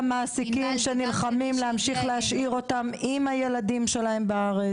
מעסיקים שנלחמים להמשיך להשאיר אותן עם הילדים שלהן בארץ.